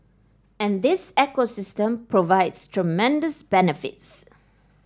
and this ecosystem provides tremendous benefits